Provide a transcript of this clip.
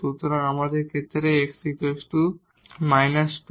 সুতরাং এই ক্ষেত্রে x 2 6